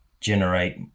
generate